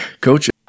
Coach